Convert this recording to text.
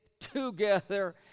together